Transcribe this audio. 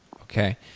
Okay